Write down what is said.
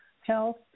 health